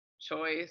choice